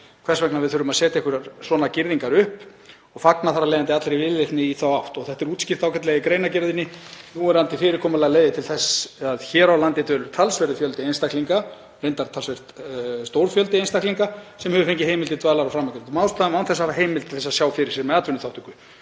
hvers vegna við þurfum að setja einhverjar svona girðingar upp og fagna þar af leiðandi allri viðleitni í þá átt. Þetta er útskýrt ágætlega í greinargerðinni. „Núverandi fyrirkomulag leiðir til þess að hér á landi dvelur talsverður fjöldi einstaklinga,“ reyndar talsvert stór fjöldi einstaklinga, „sem hefur fengið heimild til dvalar af framangreindum ástæðum, án þess að hafa heimild til þess að sjá fyrir sér með atvinnuþátttöku.